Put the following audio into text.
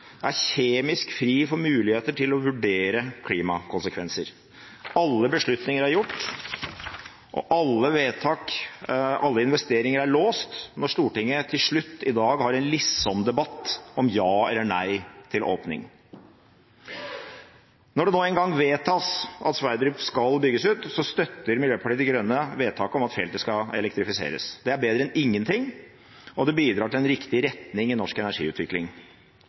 er kjemisk fri for muligheter til å vurdere klimakonsekvenser. Alle beslutninger er gjort, og alle investeringer er låst når Stortinget til slutt i dag har en liksomdebatt om ja eller nei til åpning. Når det nå en gang vedtas at Sverdrup skal bygges ut, støtter Miljøpartiet De Grønne vedtaket om at feltet skal elektrifiseres. Det er bedre enn ingenting, og det bidrar til en riktig retning i norsk energiutvikling.